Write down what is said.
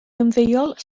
ymddeol